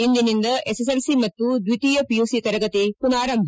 ಇಂದಿನಿಂದ ಎಸ್ಎಸ್ಎಲ್ಸಿ ಮತ್ತು ದ್ವಿತೀಯ ಪಿಯುಸಿ ತರಗತಿ ಮನಾರಂಭ